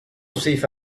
safe